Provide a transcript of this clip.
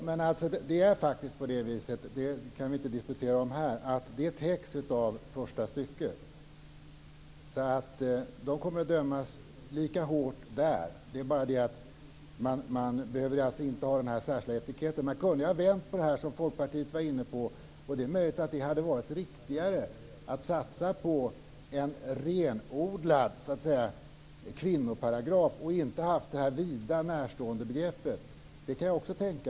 Herr talman! Detta täcks av första stycket - det behöver vi inte disputera om här. De kommer att dömas lika hårt där. Men där behövs inte den särskilda etiketten. Det är möjligt att det hade varit riktigare - och som Folkpartiet var inne på - att satsa på en renodlad kvinnoparagraf och inte ha haft det vida, närstående begreppet.